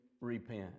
repent